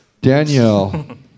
Danielle